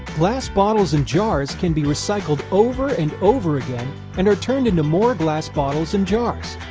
glass bottles and jars can be recycled over and over again and are turned into more glass bottles and jars.